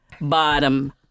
bottom